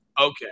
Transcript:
okay